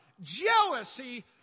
jealousy